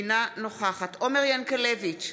אינה נוכחת עומר ינקלביץ'